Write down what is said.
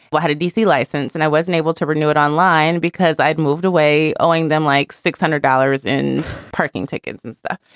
well, i had a d c. license and i wasn't able to renew it online because i had moved away, owing them like six hundred dollars in parking tickets and stuff.